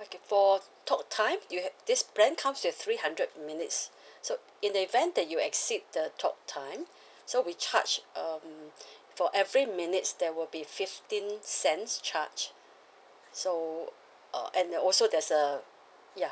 okay for talk time you h~ this plan comes with three hundred minutes so in the event that you exceed the talk time so we charge um for every minutes there will be fifteen cents charge so uh and also there's a ya